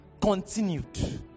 continued